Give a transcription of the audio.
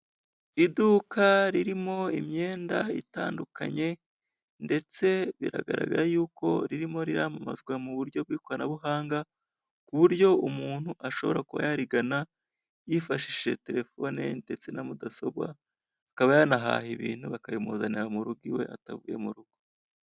Iduka ririmo imyenda itandukanye ndetse biragaragara yuko ririmo riramamazwa mu buryo bw'ikoranabuhanga ku buryo umuntu ashobora kuba yarigana yifashishije telefone ye ndetse na mudasobwa, akaba yanahaye ibintu bakayimuzanira mu rugo iwe atavuye mu rugo.